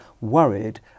worried